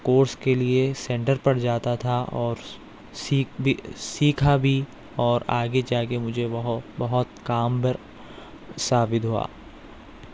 course کے لیے centre پر جاتا تھا اور سیکھ بھی سیکھا بھی اور آگے جا کے مجھے بہو بہت کارگر ثابت ہوا